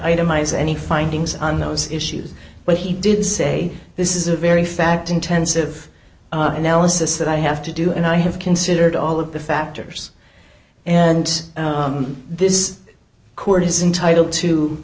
itemize any findings on those issues but he did say this is a very fact intensive analysis that i have to do and i have considered all of the factors and this court is entitle